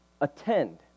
Attend